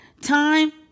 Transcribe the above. time